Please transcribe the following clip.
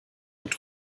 und